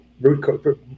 root